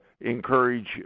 encourage